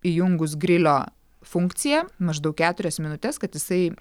įjungus grilio funkciją maždaug keturias minutes kad jisai